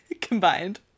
combined